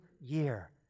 year